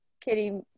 Kitty